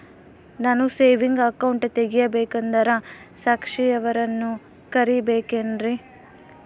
ನಾನು saving account ತೆಗಿಬೇಕಂದರ ಸಾಕ್ಷಿಯವರನ್ನು ಕರಿಬೇಕಿನ್ರಿ?